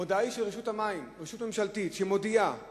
המודעה היא של רשות המים, רשות ממשלתית, שמודיעה